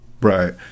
Right